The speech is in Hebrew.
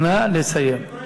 נא לסיים.